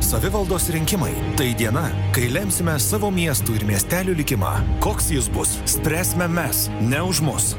savivaldos rinkimai tai diena kai lemsime savo miestų ir miestelių likimą koks jis bus spręsime mes ne už mus